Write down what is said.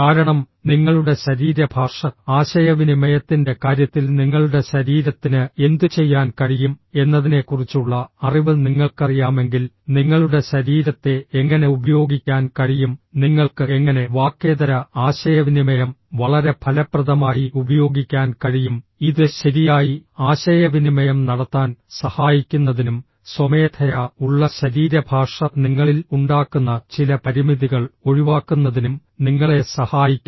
കാരണം നിങ്ങളുടെ ശരീരഭാഷ ആശയവിനിമയത്തിൻറെ കാര്യത്തിൽ നിങ്ങളുടെ ശരീരത്തിന് എന്തുചെയ്യാൻ കഴിയും എന്നതിനെക്കുറിച്ചുള്ള അറിവ് നിങ്ങൾക്കറിയാമെങ്കിൽ നിങ്ങളുടെ ശരീരത്തെ എങ്ങനെ ഉപയോഗിക്കാൻ കഴിയും നിങ്ങൾക്ക് എങ്ങനെ വാക്കേതര ആശയവിനിമയം വളരെ ഫലപ്രദമായി ഉപയോഗിക്കാൻ കഴിയും ഇത് ശരിയായി ആശയവിനിമയം നടത്താൻ സഹായിക്കുന്നതിനും സ്വമേധയാ ഉള്ള ശരീരഭാഷ നിങ്ങളിൽ ഉണ്ടാക്കുന്ന ചില പരിമിതികൾ ഒഴിവാക്കുന്നതിനും നിങ്ങളെ സഹായിക്കും